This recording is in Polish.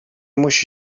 musi